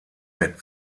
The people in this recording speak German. mit